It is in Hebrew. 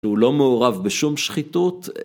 שהוא לא מעורב בשום שחיתות.